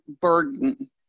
burden